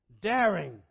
Daring